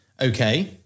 Okay